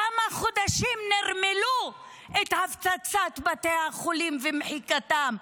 כמה חודשים נרמלו את הפצצת בתי החולים ומחיקתם.